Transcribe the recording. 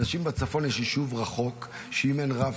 אנשים בצפון, יש יישוב רחוק שאם אין בו